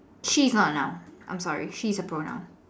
she is not a noun I am sorry she is a pronoun